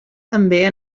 també